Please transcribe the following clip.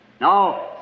No